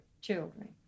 children